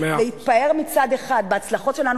להתפאר מצד אחד בהצלחות שלנו,